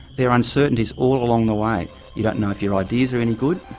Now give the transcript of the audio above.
there are uncertainties all along the way you don't know if your ideas are any good,